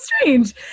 strange